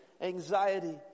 anxiety